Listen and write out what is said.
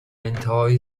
انتهای